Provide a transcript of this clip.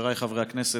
חבריי חברי הכנסת,